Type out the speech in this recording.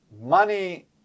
money